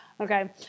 Okay